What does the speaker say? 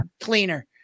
cleaner